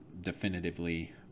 definitively